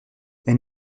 elle